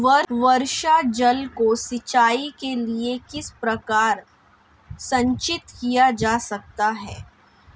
वर्षा जल को सिंचाई के लिए किस प्रकार संचित किया जा सकता है?